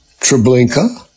Treblinka